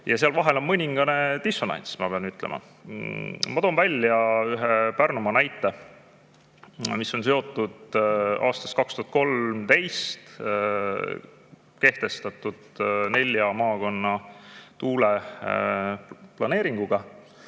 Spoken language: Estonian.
Seal vahel on mõningane dissonants, ma pean ütlema. Ma toon ühe näite Pärnumaalt. See on seotud aastal 2013 kehtestatud nelja maakonna tuule[pargi] planeeringuga.